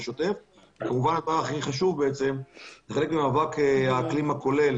המאבק הכי חשוב הוא חלק ממאבק האקלים הכולל